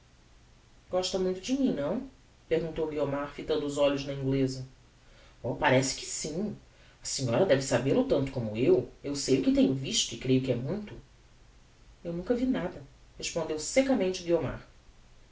gosta muito de mim não perguntou guiomar fitando os olhos na ingleza oh parece que sim a senhora deve sabel o tanto como eu eu sei o que tenho visto e creio que é muito eu nunca vi nada respondeu seccamente guiomar